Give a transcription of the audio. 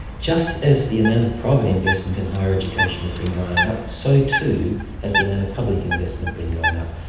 just as the amount of private investment in higher education has been going up, so too has the amount of public investment been going up.